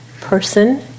person